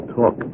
talk